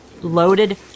loaded